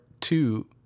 two